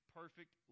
perfect